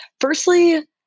Firstly